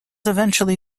eventually